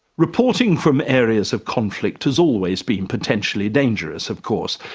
reporting from areas of conflict has always been potentially dangerous of course,